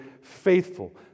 faithful